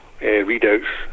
readouts